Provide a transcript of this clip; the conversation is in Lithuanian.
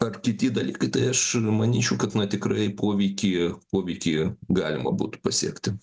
ar kiti dalykai tai aš manyčiau kad na tikrai poveikį poveikį galima būtų pasiekti